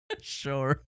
Sure